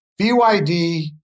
BYD